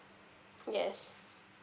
yes